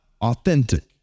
authentic